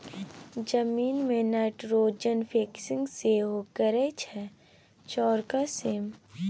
जमीन मे nitrogen fixing सेहो करय छै चौरका सीम